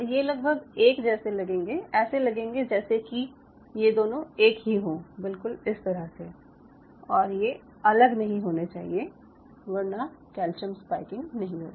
ये लगभग ऐसे लगेंगे जैसे कि ये दोनों एक ही हों बिल्कुल इस तरह से और ये अलग नहीं होने चाहिए वरना कैल्शियम स्पाईकिंग नहीं होगी